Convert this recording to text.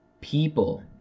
people